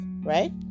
right